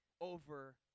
over